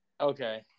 Okay